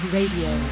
Radio